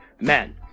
man